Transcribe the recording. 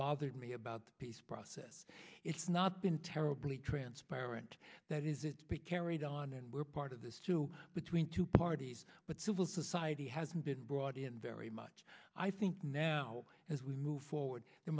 bothered me about the peace process it's not been terribly transparent that is it carried on and we're part of this too between two parties but civil society hasn't been brought in very much i think now as we move forward there